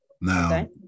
Now